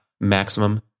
maximum